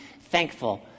thankful